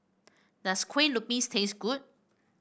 does Kue Lupis taste good